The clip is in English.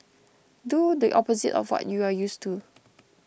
do the opposite of what you are used to